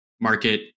market